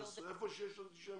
היכן שיש אנטישמיות.